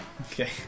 Okay